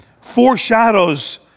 foreshadows